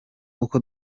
uko